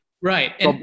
Right